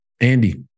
Andy